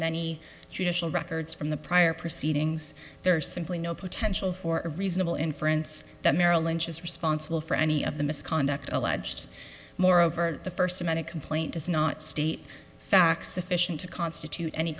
many judicial records from the prior proceedings there are simply no potential for a reasonable inference that merrill lynch is responsible for any of the misconduct alleged moreover the first amended complaint does not state facts sufficient to constitute any